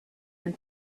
and